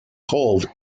called